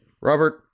Robert